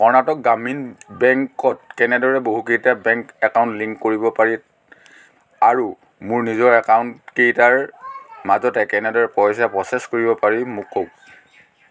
কৰ্ণাটক গামীণ বেংকত কেনেদৰে বহুকেইটা বেংক একাউণ্ট লিংক কৰিব পাৰি আৰু মোৰ নিজৰ একাউণ্টকেইটাৰ মাজতে কেনেদৰে পইচা প্ৰ'চেছ কৰিব পাৰি মোক কওক